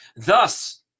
Thus